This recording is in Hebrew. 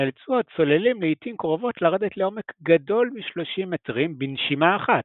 נאלצו הצוללים לעיתים קרובות לרדת לעומק גדול מ-30 מטרים בנשימה אחת,